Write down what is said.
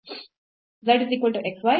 zxy xcos t ysin t